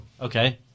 okay